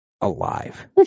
alive